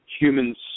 humans